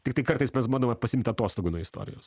tiktai kartais mes bandome pasiimti atostogų nuo istorijos